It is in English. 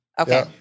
Okay